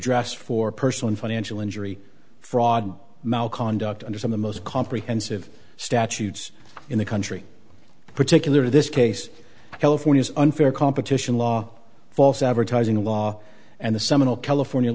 redress for personal financial injury fraud mal conduct under some the most comprehensive statutes in the country particular this case california unfair competition law false advertising law and the seminal california